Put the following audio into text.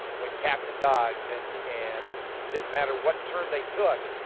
like cats and dogs and and didn't matter what turn they took,